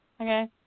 okay